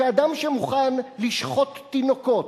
שאדם שמוכן לשחוט תינוקות,